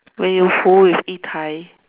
when you fool with Yi tai